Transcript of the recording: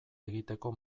egiteko